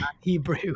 Hebrew